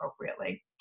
appropriately